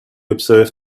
observe